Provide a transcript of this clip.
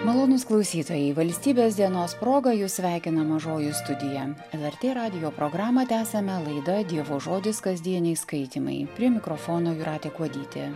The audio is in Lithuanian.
malonūs klausytojai valstybės dienos proga jus sveikina mažoji studija lrt radijo programą tęsiame laida dievo žodis kasdieniai skaitymai prie mikrofono jūratė kuodytė